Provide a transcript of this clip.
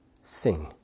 sing